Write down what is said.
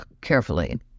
carefully